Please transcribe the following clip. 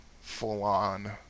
full-on